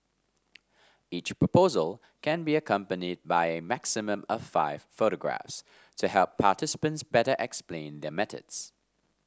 each proposal can be accompanied by a maximum of five photographs to help participants better explain their methods